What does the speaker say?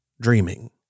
dreaming